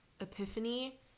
Epiphany